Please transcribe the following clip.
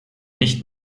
nicht